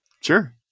Sure